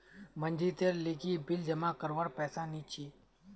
मनजीतेर लीगी बिल जमा करवार पैसा नि छी